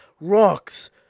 Rocks